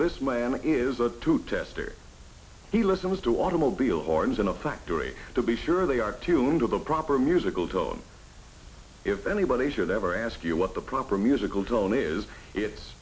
this man is a two tester he listens to automobile horns in a factory to be sure they are tuned to the proper musical tone if anybody should ever ask you what the proper musical tone is it's